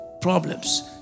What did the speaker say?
problems